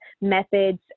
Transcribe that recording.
methods